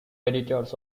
editors